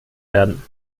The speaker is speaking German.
werden